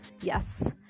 yes